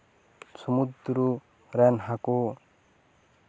ᱥᱚᱢᱩᱫᱨᱩ ᱨᱮᱱ ᱦᱟᱹᱠᱩ